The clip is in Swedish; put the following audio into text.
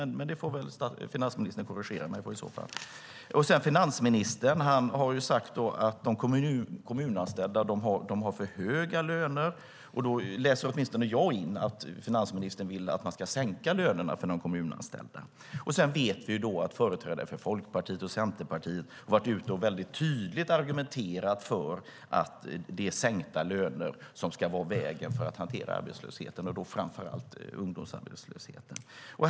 Finansministern får korrigera mig ifall jag har fel. Finansministern har sagt att de kommunanställda har för höga löner. I det läser åtminstone jag in att finansministern vill att de kommunanställdas löner ska sänkas. Sedan vet vi att företrädare för Folkpartiet och Centerpartiet varit ute och tydligt argumenterat för att sänkta löner ska vara vägen till att hantera arbetslösheten, och då framför allt ungdomsarbetslösheten.